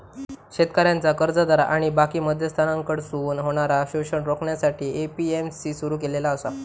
शेतकऱ्यांचा कर्जदार आणि बाकी मध्यस्थांकडसून होणारा शोषण रोखण्यासाठी ए.पी.एम.सी सुरू केलेला आसा